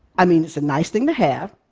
i mean, it's a nice thing to have,